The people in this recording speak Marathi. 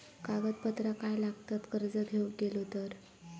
कागदपत्रा काय लागतत कर्ज घेऊक गेलो तर?